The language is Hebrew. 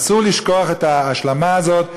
אסור לשכוח את ההשלמה הזאת.